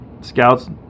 scouts